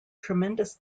tremendous